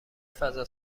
فضا